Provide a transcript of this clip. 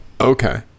Okay